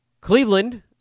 Cleveland